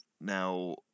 now